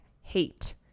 hate